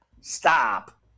Stop